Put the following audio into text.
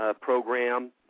program